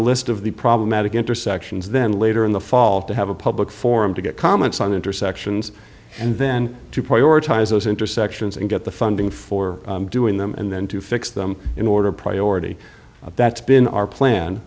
a list of the problematic intersections then later in the fall to have a public forum to get comments on intersections and then to prioritize those intersections and get the funding for doing them and then to fix them in order of priority that's been our